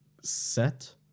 set